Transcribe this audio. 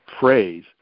phrase